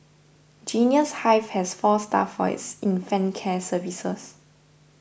Genius Hive has four staff for its infant care services